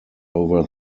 over